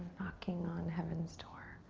knocking on heaven's door.